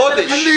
חודש,